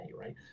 right